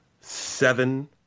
seven